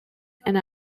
and